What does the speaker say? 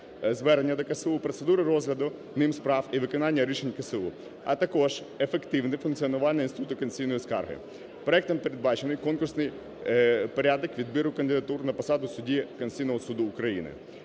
звернення до КСУ, процедури розгляду ним справ і виконання рішень КСУ, а також ефективне функціонування інституту конституційної скарги. Проектом передбачений конкурсний порядок відбору кандидатур на посаду судді Конституційного Суду України.